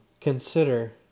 consider